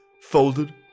folded